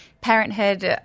Parenthood